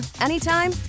anytime